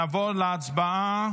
נעבור להצבעה